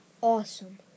awesome